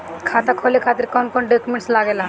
खाता खोले खातिर कौन कौन डॉक्यूमेंट लागेला?